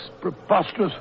Preposterous